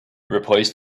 replace